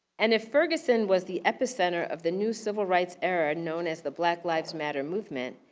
and if ferguson was the epicenter of the new civil rights era known as the black lives matter movement,